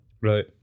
right